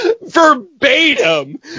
verbatim